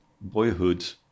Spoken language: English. boyhood